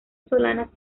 solanas